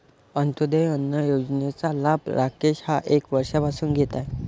अंत्योदय अन्न योजनेचा लाभ राकेश हा एक वर्षापासून घेत आहे